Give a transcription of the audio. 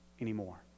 anymore